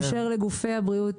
באשר לגופי הבריאות